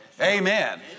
Amen